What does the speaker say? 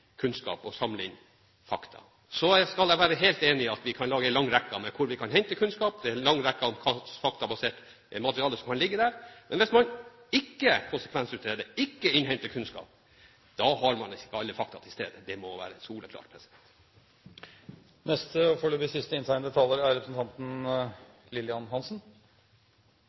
kunnskap og fakta. Så skal jeg være helt enig i at vi kan lage en lang rekke med prosesser hvor vi kan hente kunnskap, og en lang rekke av hva slags faktabasert materiale som kan ligge der. Men hvis man ikke konsekvensutreder, ikke innhenter kunnskap, da har man ikke alle fakta til stede. Det må være soleklart. I grunnen synes jeg dette begynner å utvikle seg til en merkelig og